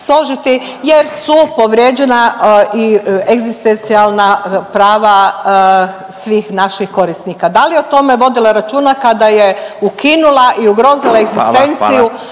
jer su povrijeđena i egzistencijalna prava svih naših korisnika. Da li je o tome vodila računa kada je ukinula i ugrozila egzistenciju